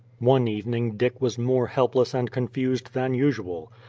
one evening dick was more helpless and confused than usual.